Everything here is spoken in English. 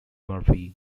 murphy